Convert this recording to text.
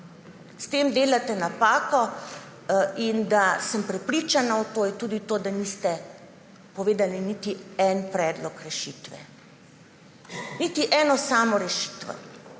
S tem delate napako in da sem prepričana v to, je tudi to, da niste povedali niti enega predloga rešitve, niti ene same rešitve.